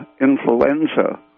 influenza